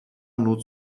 nur